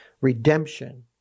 Redemption